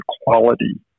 equality